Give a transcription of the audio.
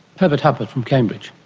herbert huppert from cambridge.